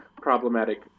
problematic